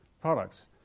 products